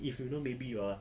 if you know maybe you are